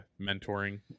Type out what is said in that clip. mentoring